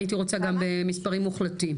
הייתי רוצה גם במספרים מוחלטים.